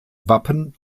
wappen